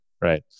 Right